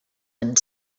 and